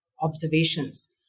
observations